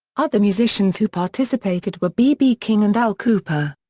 other musicians who participated were bb king and al kooper.